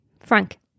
Frank